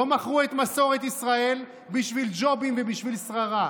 לא מכרו את מסורת ישראל בשביל ג'ובים ובשביל שררה.